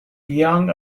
young